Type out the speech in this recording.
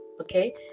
okay